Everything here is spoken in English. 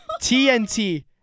TNT